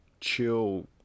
chill